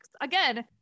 Again